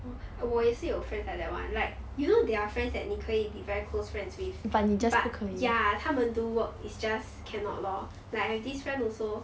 我也是有 friends like that one like you know there are friends that 你可以 be very close friends with but ya 他们 do work is just cannot lor like I have this friend also